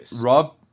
Rob